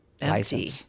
empty